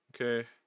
okay